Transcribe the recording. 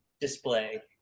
display